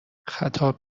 خطاب